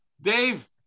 Dave